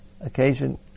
occasion